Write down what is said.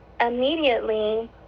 immediately